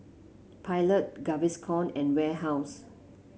Pilot Gaviscon and Warehouse